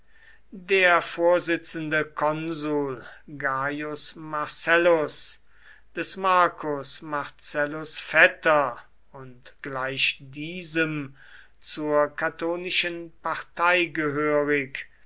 der vorsitzende konsul gaius marcellus des marcus marcellus vetter und gleich diesem zur catonischen partei gehörig